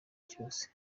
cyose